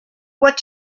what